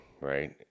right